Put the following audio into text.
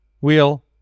wheel